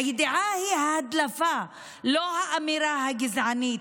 הידיעה היא ההדלפה ולא האמירה הגזענית.